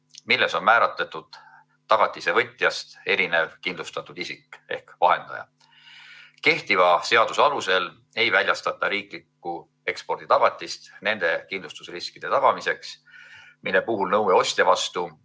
milles on määratletud tagatise võtjast erinev kindlustatud isik ehk vahendaja. Kehtiva seaduse alusel ei väljastata riiklikku eksporditagatist nende kindlustusriskide tagamiseks, mille puhul nõue ostja vastu